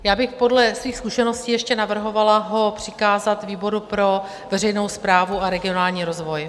Já bych podle svých zkušeností ještě navrhovala ho přikázat výboru pro veřejnou správu a regionální rozvoj.